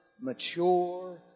mature